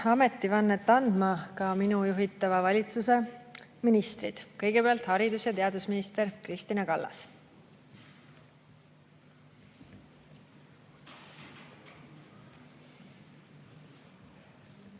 ametivannet andma minu juhitava valitsuse ministrid. Kõigepealt haridus‑ ja teadusminister Kristina Kallas.